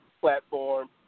platform